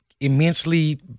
immensely